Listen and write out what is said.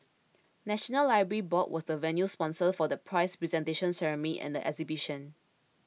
National Library Board was the venue sponsor for the prize presentation ceremony and the exhibition